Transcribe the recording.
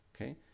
okay